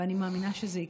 ואני מאמינה שזה יקרה.